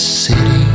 city